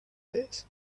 these